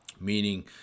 meaning